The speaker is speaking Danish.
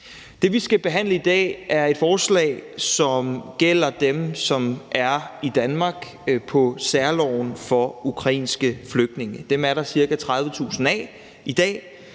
Det, vi skal behandle i dag, er et lovforslag, som gælder dem, der er i Danmark på særloven for ukrainske flygtninge. Dem er der ca. 30.000 af i